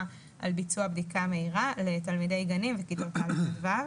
על ביצוע בדיקה מהירה לתלמידי גנים וכיתות א' עד כיתות ו'.